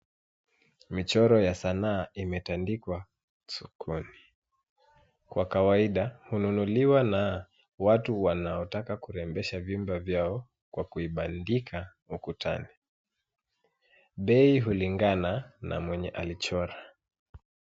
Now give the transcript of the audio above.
Michoro ya sanaa imetandikwa sokoni. Kwa kawaida hununuliwa na watu wanaotaka kurembesha vyumba vyao kwa kuibandika ukutani. Bei hulingana na mwenye alichora.